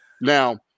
now